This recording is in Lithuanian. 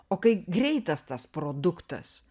o kai greitas tas produktas